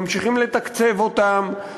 ממשיכים לתקצב אותן,